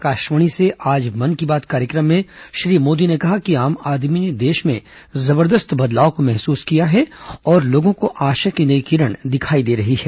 आकाशावाणी से आज मन की बात कार्यक्रम में श्री मोदी ने कहा कि आम आदमी ने देश में जबरदस्त बदलाव को महसूस किया है और लोगों को आशा की नई किरण दिखाई दे रही हैं